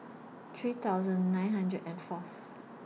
three thousand nine hundred and Fourth